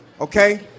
okay